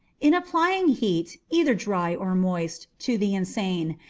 in applying heat, either dry or moist, to the insane,